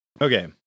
Okay